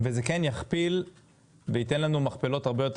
וזה כן יכפיל וייתן לנו מכפלות הרבה יותר